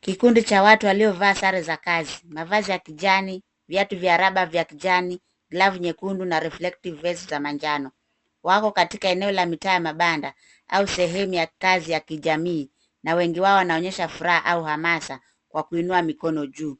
Kikundi cha watu waliovaa sare za kazi. Mavazi ya kijani, viatu vya raba vya kijani, glavu nyekundu na reflective vest za manjano. Wako katika eneo la mitaa ya mabanda au sehemu ya kazi ya kijamii na wengi wao wanaonyesha furaha au hamasa kwa kuinua mikono juu.